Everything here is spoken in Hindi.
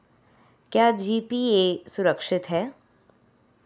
क्या जी.पी.ए सुरक्षित है?